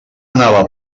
anava